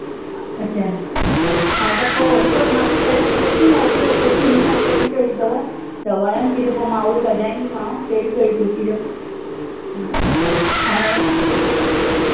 अच्छा हा त पोइ हिकिड़ो मूंखे पहिरियों कुर्तियूं मोकिलियो कुर्तियूं ॾिसां कहिड़ियूं कहिड़ियूं अथव त वणनि थी त पोइ मां उहा कढाईंदीमांव कहिड़ियूं कहिड़ियूं कुर्तियूं अथव हा हाणे